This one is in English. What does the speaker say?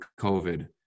COVID